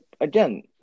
again